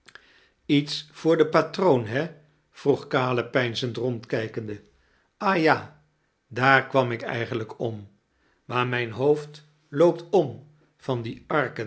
lets voor den patroon he vroeg caleb peinzend rondkijkende ah ja daar kwam ik eigenlijk om maar mijn hoofd loopt om van die